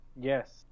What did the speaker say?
Yes